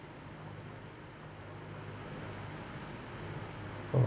oh